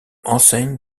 enseigne